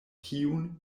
kiun